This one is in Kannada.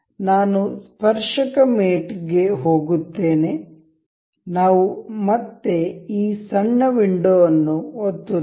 ನಾನು ಸ್ಪರ್ಶಕ ಮೇಟ್ ಗೆ ಹೋಗುತ್ತೇನೆ ನಾವು ಮತ್ತೆ ಈ ಸಣ್ಣ ವಿಂಡೋ ಅನ್ನು ಒತ್ತುತ್ತೇವೆ